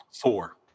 Four